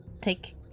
take-